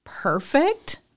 perfect